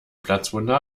platzwunde